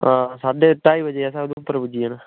हां साड्ढे ढाई बजे असें उधमपुर पुज्जी जाना